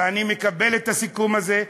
ואני מקבל את הסיכום הזה,